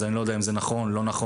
אני לא יודע אם זה נכון או לא נכון.